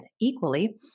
equally